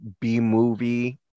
B-movie